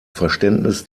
verständnis